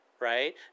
right